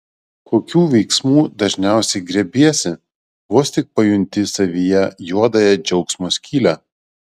kokių veiksmų dažniausiai griebiesi vos tik pajunti savyje juodąją džiaugsmo skylę